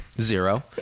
Zero